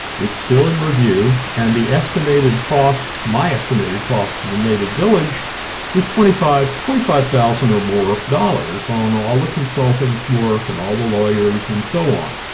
it's still in review and the estimated cost, my estimated cost, to the native village was twenty-five twenty-five thousand or more dollars on all ah consulting work and all the lawyers and so on,